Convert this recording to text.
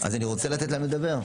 רוצה לתת להם לדבר.